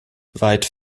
weit